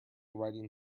writing